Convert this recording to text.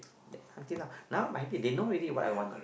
okay lah now my bit they know already what I want